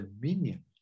dominion